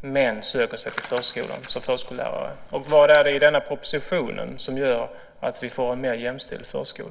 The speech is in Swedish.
män söker sig till förskolan som förskollärare? Vad är det i den här propositionen som gör att vi får en mer jämställd förskola?